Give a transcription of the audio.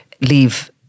leave